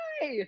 Hi